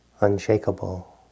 unshakable